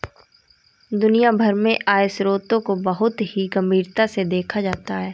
दुनिया भर में आय के स्रोतों को बहुत ही गम्भीरता से देखा जाता है